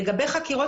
לגבי חקירות,